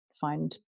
find